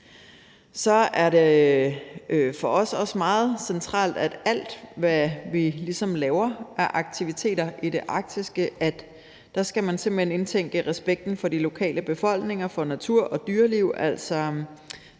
Så er det for os også meget centralt, at i alt, hvad vi ligesom laver af aktiviteter i det arktiske, skal man simpelt hen indtænke respekten for de lokale befolkninger, for natur og dyreliv.